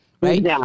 Right